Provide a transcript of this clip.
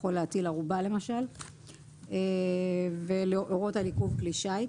יכול להטיל ערובה למשל ולהורות על עיכוב כלי שיט.